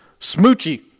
Smoochy